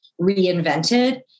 reinvented